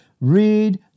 Read